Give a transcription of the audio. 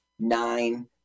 Nine